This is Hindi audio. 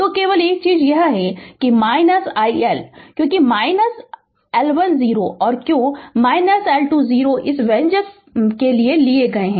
तो केवल एक चीज यह है कि i L क्यों iL1 0 और क्यों iL2 0 इस 2 व्यंजक में लिए गए हैं